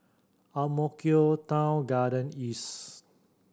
Ang Mo Kio Town Garden East